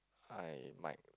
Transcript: I might